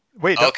Wait